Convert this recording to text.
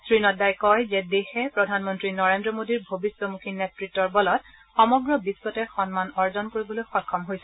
শ্ৰীনাড্ডাই কয় যে দেশে প্ৰধানমন্ত্ৰী নৰেন্দ্ৰ মোডীৰ ভৱিষ্যমুখী নেতৃত্বৰ বলত সমগ্ৰ বিশ্বতে সন্মান অৰ্জন কৰিবলৈ সক্ষম হৈছে